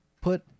put